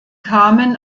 kamen